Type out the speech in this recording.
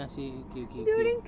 then I say okay okay okay